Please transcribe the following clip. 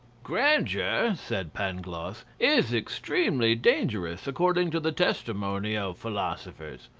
grandeur, said pangloss, is extremely dangerous according to the testimony of philosophers.